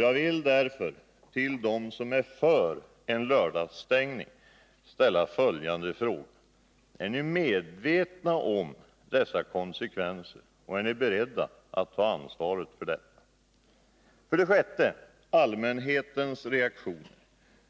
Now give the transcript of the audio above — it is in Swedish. Jag vill därför till dem som är för en lördagsstängning ställa följande två frågor: Är ni medvetna om dessa konsekvenser och är ni beredda att ta ansvaret för dessa? Som den sjätte invändningen vill jag nämna allmänhetens reaktioner.